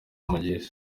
umugisha